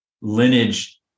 lineage